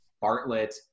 Bartlett